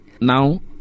Now